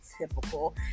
typical